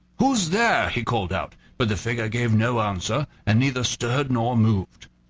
who's there? he called out, but the figure gave no answer, and neither stirred nor moved.